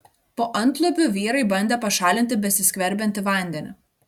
po antlubiu vyrai bandė pašalinti besiskverbiantį vandenį